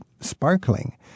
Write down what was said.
sparkling